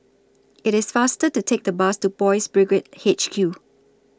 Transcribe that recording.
IT IS faster to Take The Bus to Boys' Brigade H Q